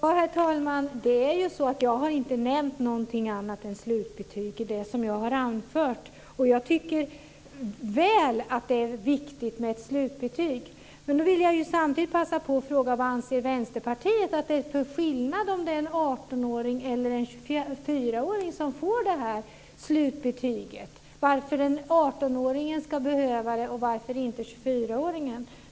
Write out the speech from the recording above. Herr talman! Jag har inte nämnt något annat än slutbetyg i det jag har anfört. Jag tycker att det är väl så viktigt med ett slutbetyg. Samtidigt vill jag passa på att fråga vad Vänsterpartiet anser att det gör för skillnad om det är en 18 åring eller en 24-åring som får slutbetyget? Varför ska 18-åringen behöva det och inte 24-åringen?